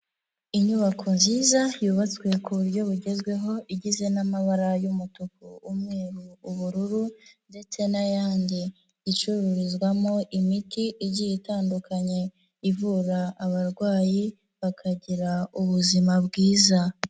Inyubako nziza yubatswe ku buryo bugezweho, igize n'amabara y'umutuku, umweru, ubururu ndetse n'ayandi, icururizwamo imiti igiye itandukanye, ivura abarwayi bakagira ubuzima bwiza.